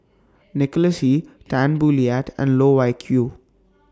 Nicholas Ee Tan Boo Liat and Loh Wai Kiew